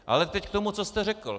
Ale teď k tomu, co jste řekl.